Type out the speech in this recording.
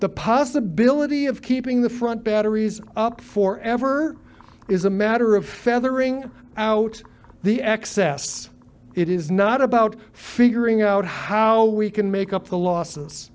the possibility of keeping the front batteries up for ever is a matter of feathering out the excess it is not about figuring out how we can make up the losses